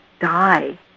die